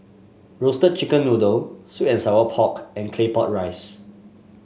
Roasted Chicken Noodle sweet and Sour Pork and Claypot Rice